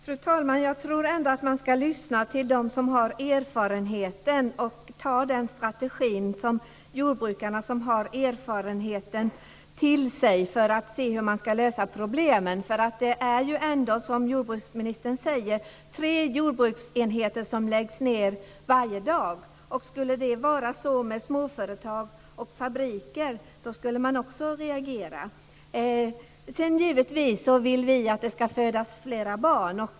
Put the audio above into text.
Fru talman! Jag tror ändå att man ska lyssna till dem som har erfarenheten och ta till sig den strategi som jordbrukarna har för att se hur man ska lösa problemen. Det är ju ändå, som jordbruksministern säger, tre jordbruksenheter som läggs ned varje dag. Om det skulle vara så med småföretag och fabriker skulle man också reagera. Vi vill givetvis att det ska födas fler barn.